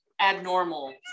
abnormal